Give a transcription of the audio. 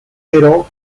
però